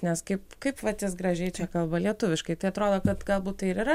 nes kaip kaip vat jis gražiai čia kalba lietuviškai tai atrodo kad galbūt tai ir yra